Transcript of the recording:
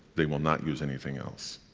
they will not use anything else.